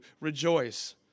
rejoice